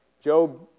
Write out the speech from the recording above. Job